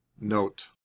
note